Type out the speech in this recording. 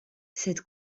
cette